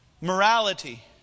morality